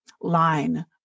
line